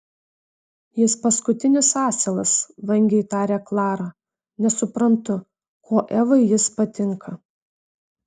jis paskutinis asilas vangiai taria klara nesuprantu kuo evai jis patinka